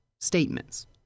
Statements